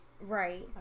Right